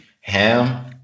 Ham